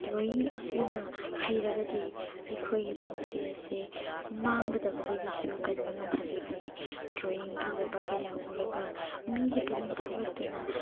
drawing ꯑꯁꯤꯅ ꯍꯩꯔꯒꯗꯤ ꯑꯩꯈꯣꯏꯒꯤ ꯄꯨꯟꯁꯤ ꯑꯁꯦ ꯃꯥꯡꯒꯗꯕꯗꯒꯤꯁꯨ ꯀꯟꯕ ꯉꯝꯍꯜꯂꯤꯕꯅꯤ ꯗ꯭ꯔꯣꯋꯤꯡ ꯐꯖꯕ ꯀꯌꯥ ꯎꯔꯒ ꯃꯤꯒꯤ ꯄꯨꯛꯅꯤꯡ ꯊꯧꯒꯠꯇꯨꯅ